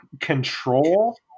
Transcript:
control